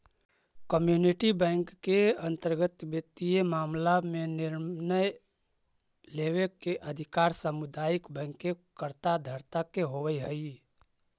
community banking के अंतर्गत वित्तीय मामला में निर्णय लेवे के अधिकार सामुदायिक बैंक के कर्ता धर्ता के होवऽ हइ